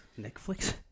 Netflix